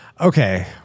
Okay